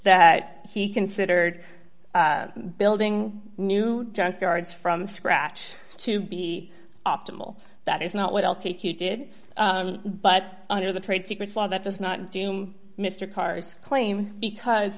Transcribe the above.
that he considered building new junkyards from scratch to be optimal that is not what i'll take you did but under the trade secrets law that does not doom mr karr's claim because